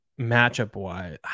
matchup-wise